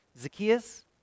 Zacchaeus